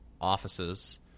offices